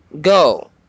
Go